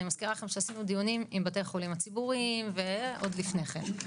אני מזכירה לכם שעשינו דיונים עם בתי החולים הציבוריים עוד לפני כן.